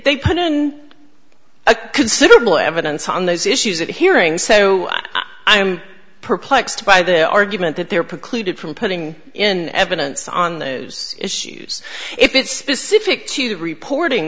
put in a considerable evidence on those issues that hearing so i'm perplexed by the argument that they're precluded from putting in evidence on those issues if it's specific to the reporting